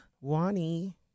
Wani